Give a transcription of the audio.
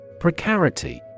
Precarity